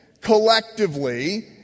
collectively